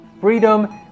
freedom